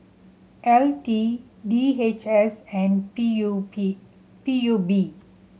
L T D H S and P U P P U B